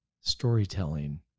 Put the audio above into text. storytelling